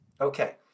Okay